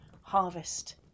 harvest